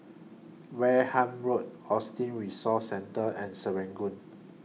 Wareham Road Autism Resource Centre and Serangoon